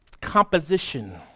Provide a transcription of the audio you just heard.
composition